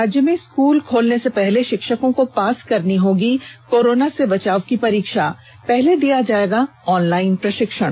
राज्य में स्कूल खोलने से पहले षिक्षकों को पास करनी होगी कोरोना से बचाव की परीक्षा पहले दिया जाएगा ऑनलाइन प्रषिक्षण